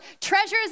treasures